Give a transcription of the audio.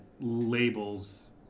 labels